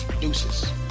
Deuces